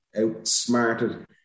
outsmarted